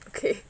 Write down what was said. okay